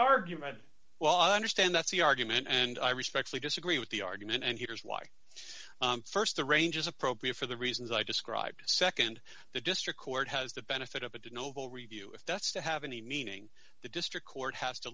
argument well i understand that's the argument and i respectfully disagree with the argument and here's why st the range is appropriate for the reasons i described nd the district court has the benefit of a do noble review if that's to have any meaning the district court has to